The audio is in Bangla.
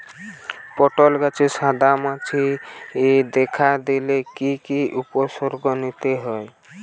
পটল গাছে সাদা মাছি দেখা দিলে কি কি উপসর্গ নিতে হয়?